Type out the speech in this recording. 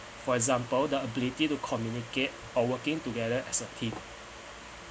for example the ability to communicate or working together as a team